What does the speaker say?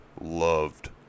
loved